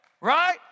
Right